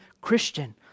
Christian